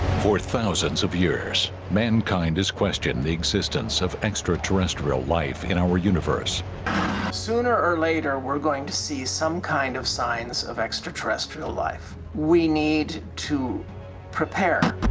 for thousands of years mankind has questioned the existence of extraterrestrial life in our universe sooner or later. we're going to see some kind of signs of extraterrestrial life. we need to prepare